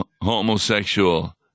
homosexual